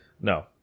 No